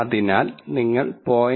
അതിനാൽ നിങ്ങൾ 0